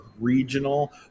regional